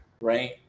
right